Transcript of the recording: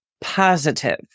positive